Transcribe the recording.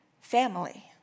family